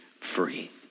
free